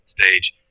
stage